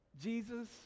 Jesus